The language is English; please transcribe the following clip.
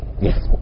Yes